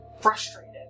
frustrated